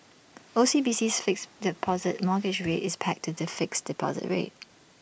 OCBC's fixed deposit mortgage rate is pegged to the fixed deposit rate